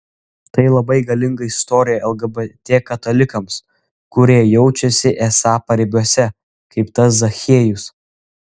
tai labai galinga istorija lgbt katalikams kurie jaučiasi esą paribiuose kaip tas zachiejus